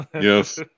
yes